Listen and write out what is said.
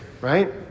right